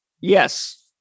Yes